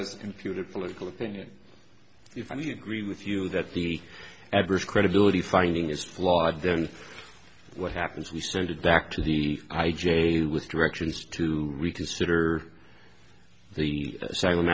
as computer political opinion if i may agree with you that the average credibility finding is flawed then what happens we send it back to the i j a with directions to reconsider the